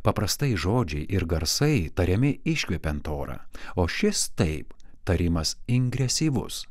paprastai žodžiai ir garsai tariami iškvepiant orą o šis taip tarimas ingresyvus